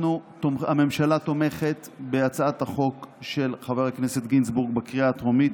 הממשלה תומכת בהצעת החוק של חבר הכנסת גינזבורג בקריאה הטרומית,